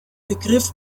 begriff